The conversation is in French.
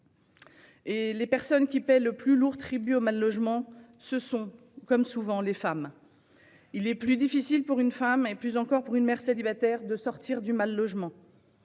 Or les personnes qui paient le plus lourd tribut au mal-logement, ce sont, comme souvent, les femmes. Il est plus difficile pour une femme, et plus encore pour une mère célibataire, de sortir du mal-logement